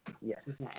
yes